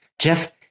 Jeff